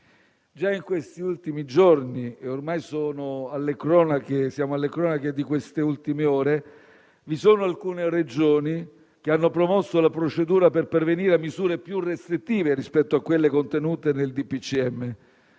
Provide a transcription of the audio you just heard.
Già in questi ultimi giorni - e ormai siamo alle cronache di queste ultime ore - alcune Regioni hanno promosso la procedura per pervenire a misure più restrittive rispetto a quelle contenute nel